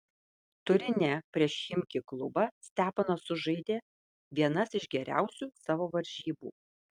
turine prieš chimki klubą steponas sužaidė vienas iš geriausių savo varžybų